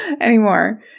anymore